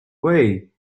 way